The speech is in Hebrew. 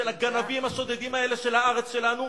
של הגנבים השודדים האלה של הארץ שלנו,